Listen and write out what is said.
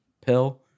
pill